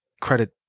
credit